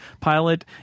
pilot